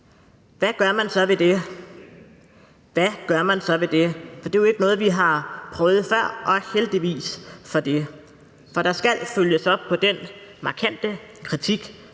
Hvad gør man så ved det? For det er jo ikke noget, vi har prøvet før, og heldigvis for det. Der skal følges op på den markante kritik